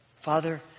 Father